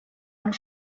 und